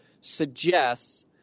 suggests